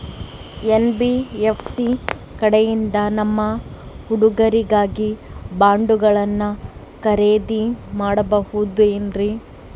NBFC ಕಡೆಯಿಂದ ನಮ್ಮ ಹುಡುಗರಿಗಾಗಿ ಬಾಂಡುಗಳನ್ನ ಖರೇದಿ ಮಾಡಬಹುದೇನ್ರಿ?